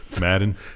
Madden